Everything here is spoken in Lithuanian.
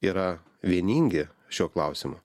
yra vieningi šiuo klausimu